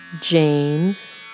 James